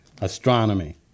Astronomy